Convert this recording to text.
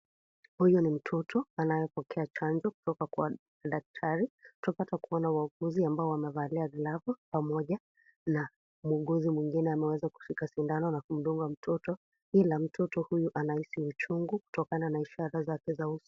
Huyu ni mtoto anayepokea chanjo kutoka kwa daktari. Tunapata kuona kuona wahuguzi ambao wamevalia glavu pamoja na mhuguzi mwingine ameweza kushika sindano na kumdunga mtoto ila mtoto huyu anahisi uchungu kutokana na ishara za uso.